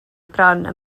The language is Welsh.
bron